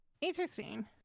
Interesting